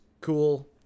cool